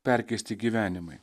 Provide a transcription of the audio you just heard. perkeisti gyvenimai